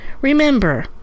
Remember